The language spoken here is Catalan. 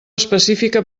específica